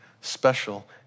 special